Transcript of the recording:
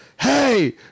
Hey